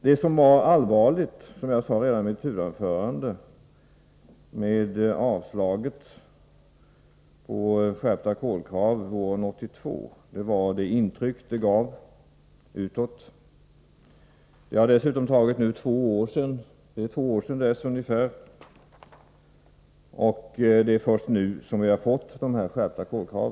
Det som var allvarligt — och det sade jag redan i mitt huvudanförande — med avslaget på skärpta krav i fråga om kolet våren 1982 var det intryck detta gav utåt. Det har nu gått två år sedan dess, och det är först nu som vi har fått dessa skärpta kolkrav.